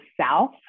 South